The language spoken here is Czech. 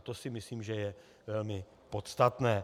To si myslím, že je velmi podstatné.